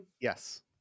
Yes